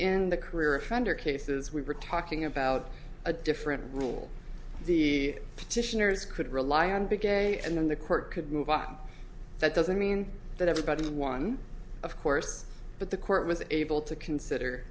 in the career offender cases we were talking about a different rule the petitioners could rely on big a and then the court could move on that doesn't mean that everybody has one of course but the court was able to consider